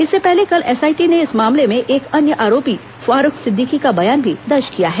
इससे पहले कल एसआईटी ने इस मामले में एक अन्य आरोपी फारूख सिद्दीकी का बयान भी दर्ज किया है